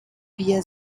via